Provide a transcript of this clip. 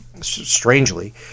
strangely